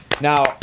Now